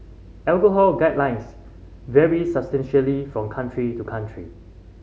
alcohol guidelines vary substantially from country to country